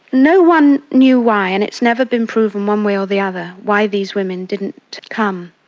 no one knew why and it's never been proven one way or the other why these women didn't come.